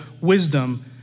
wisdom